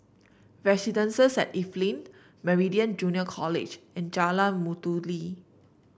Residences at Evelyn Meridian Junior College and Jalan Mastuli